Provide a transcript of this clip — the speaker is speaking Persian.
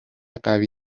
قوی